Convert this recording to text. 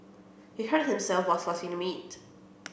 he hurt himself while slicing the meat